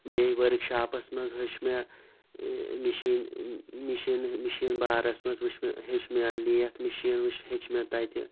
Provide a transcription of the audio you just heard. بیٚیہِ ؤرٕکشاپَس منٛز ہیٚوچھ مےٚ مِشیٖن مِشیٖنہٕ مِشیٖنہٕ بارَس منٛز وُچھ مےٚ ہیٚوچھ مےٚ لیتھ مِشیٖن وُچھ مےٚ ہیٚچھ مےٚ تَتہِ